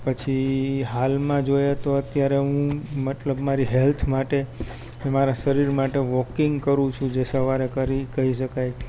પછી હાલમાં જોઇયે તો અત્યારે હું મતલબ મારી હેલ્થ માટે મારા શરીર માટે વોકિંગ કરું છું જે સવારે કરી કઈ શકાય